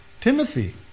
Timothy